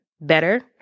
better